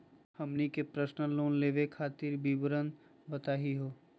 हमनी के personal loan लेवे खातीर विवरण बताही हो?